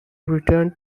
returned